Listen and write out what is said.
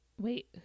wait